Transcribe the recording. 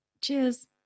Cheers